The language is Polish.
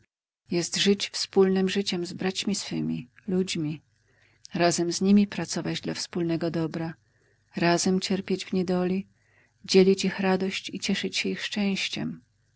jest żyć wspólnem życiem z braćmi swymi ludźmi razem z nimi pracować dla wspólnego dobra razem cierpieć w niedoli dzielić ich radość i cieszyć się ich szczęściem